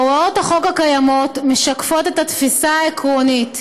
הוראות החוק הקיימות משקפות את התפיסה העקרונית,